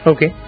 Okay